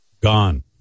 gone